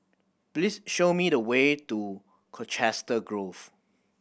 please show me the way to Colchester Grove